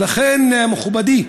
מכובדי,